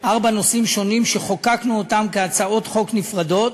ארבעה נושאים שונים שחוקקנו אותם כהצעות חוק נפרדות: